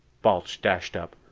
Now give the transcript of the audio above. balch dashed up.